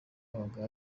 yabaga